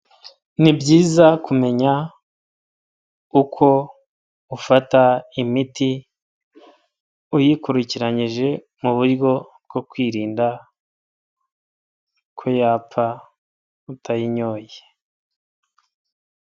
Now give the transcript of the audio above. Ni byiza kumenya uko ufata imiti uyikurikiranyije, mu buryo bwo kwirinda ko yapfa utayinyoye.